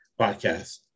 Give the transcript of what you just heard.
Podcast